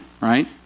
right